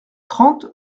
trente